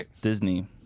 Disney